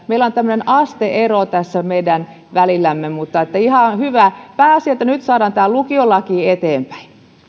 meillä on tämmöinen aste ero tässä meidän välillämme mutta ihan hyvä pääasia on että nyt saadaan tämä lukiolaki eteenpäin